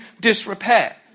disrepair